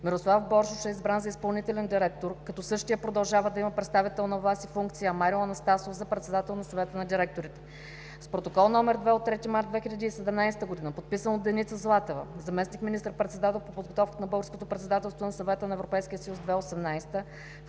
Мирослав Боршош е избран за изпълнителен директор, като съшият продължава да има представителна власт и функции, а Марио Анастасов за председател на Съвета на директорите. С Протокол № 2 от 3 март 2017 г., подписан от Деница Златева – заместник министър председател по подготовката на Българското председателство на Съвета на Европейския съюз – 2018